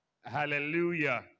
Hallelujah